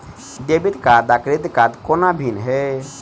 Debit card आ credit कोना भिन्न है?